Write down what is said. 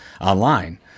Online